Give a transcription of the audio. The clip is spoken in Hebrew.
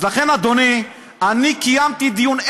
לכן, אדוני, אני קיימתי דיון.